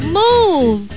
move